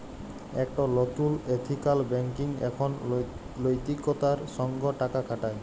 একট লতুল ethical banking এখন লৈতিকতার সঙ্গ টাকা খাটায়